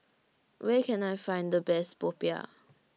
Where Can I Find The Best Popiah